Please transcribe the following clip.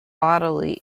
bodily